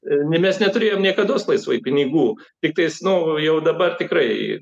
mes neturėjom niekados laisvai pinigų tiktais nu jau dabar tikrai